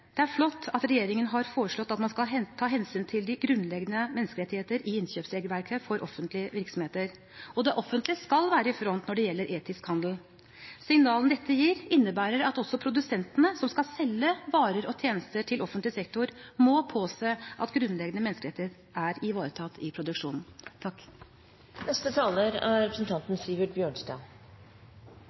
Det er flott at regjeringen har foreslått at man skal ta hensyn til de grunnleggende menneskerettigheter i innkjøpsregelverket for offentlige virksomheter, og det offentlige skal være i front når det gjelder etisk handel. Signalene dette gir, innebærer at også produsentene som skal selge varer og tjenester til offentlig sektor, må påse at grunnleggende menneskerettigheter er ivaretatt i produksjonen. La meg få begynne med å si at ingen kan beskylde interpellanten, representanten